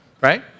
right